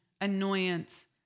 annoyance